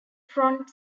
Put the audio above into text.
front